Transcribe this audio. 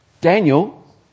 Daniel